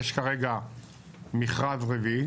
יש כרגע מכרז רביעי